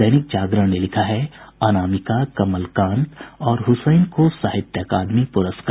दैनिक जागरण ने लिखा है अनामिका कमलकांत और हुसैन को साहित्य अकादमी पुरस्कार